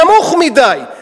נמוך מדי,